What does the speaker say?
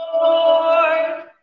Lord